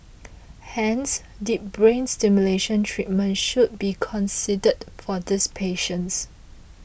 hence deep brain stimulation treatment should be considered for these patients